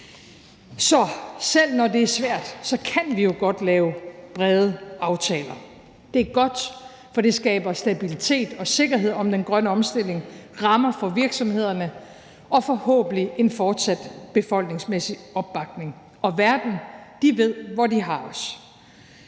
Så selv når det er svært, kan vi jo godt lave brede aftaler. Det er godt, for det skaber stabilitet og sikkerhed om den grønne omstilling, rammer for virksomhederne og forhåbentlig en fortsat befolkningsmæssig opbakning, og verden, de ved, hvor de har os.